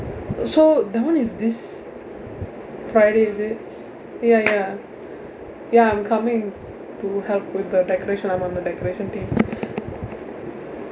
so that [one] is this friday is it yah yah yah I'm coming to help with the decoration I'm on the decoration team